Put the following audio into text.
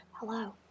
Hello